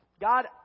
God